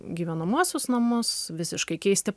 gyvenamuosius namus visiškai keisti